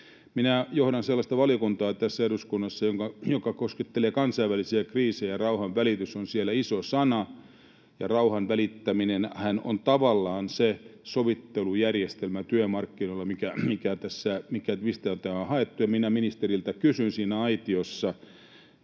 eduskunnassa sellaista valiokuntaa, joka koskettelee kansainvälisiä kriisejä, ja rauhanvälitys on siellä iso sana, ja rauhan välittäminenhän on tavallaan se sovittelujärjestelmä työmarkkinoilla, mistä tämä on haettu. Kysyn ministeriltä siinä aitiossa: